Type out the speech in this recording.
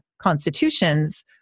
constitutions